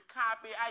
copy